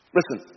Listen